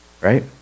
Right